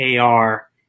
AR